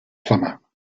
plumber